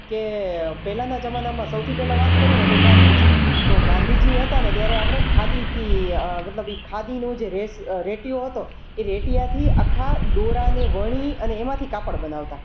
કે પહેલાંના જમાનામાં સૌથી પહેલાં વાત કરુંને તો ગાંધીજી તો ગાંધીજી હતાને ત્યારે આપણે ખાદીથી મતલબ એ ખાદીનું રેશીઓ રેંટિઓ હતો એ રેંટિયાથી આખા દોરાને વણી અને એમાંથી કાપડ બનાવતા